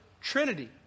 trinity